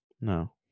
No